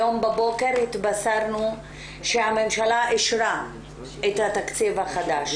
היום בבוקר התבשרנו שהממשלה אישרה את התקציב החדש.